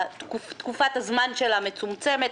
תקופת הזמן שלה מצומצמת,